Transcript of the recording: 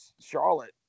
Charlotte